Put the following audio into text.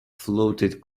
floated